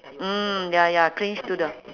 mm ya ya clinch to the